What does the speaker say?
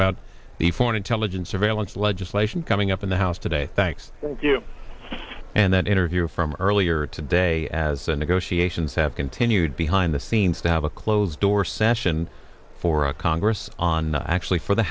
about the foreign intelligence surveillance legislation coming up in the house today thanks to you and that interview from earlier today as the negotiations have continued behind the scenes that a closed door session for a congress on actually for the